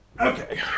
Okay